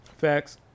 Facts